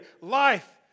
life